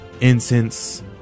incense